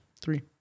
Three